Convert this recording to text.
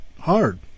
hard